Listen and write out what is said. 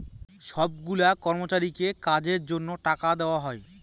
সব গুলা কর্মচারীকে কাজের জন্য টাকা দেওয়া হয়